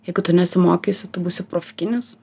jeigu tu nesimokysi tu būsi profkinis